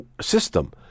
system